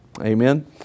Amen